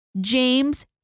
James